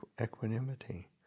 equanimity